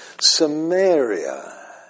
Samaria